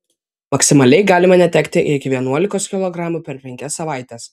maksimaliai galima netekti iki vienuolikos kilogramų per penkias savaites